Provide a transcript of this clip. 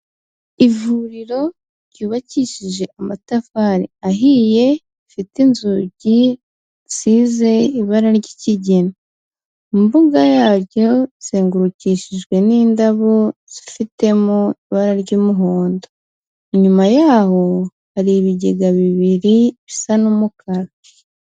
Ivuriro ryubakishije amatafari ahiye, rifite inzugi zisize ibara ry'ikigina, imbuga yaryo izengurukishijwe n'indabo zifite mu ibara ry'umuhondo. Inyuma y'aho hari ibigega bibiri bisa n'umukara.